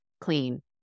clean